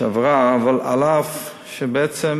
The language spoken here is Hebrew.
שעברה, אף שבעצם